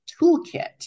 toolkit